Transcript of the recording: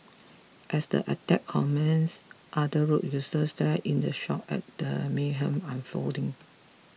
as the attack commences other road users stared in shock at the mayhem unfolding